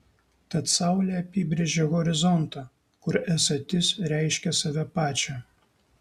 tad saulė apibrėžia horizontą kur esatis reiškia save pačią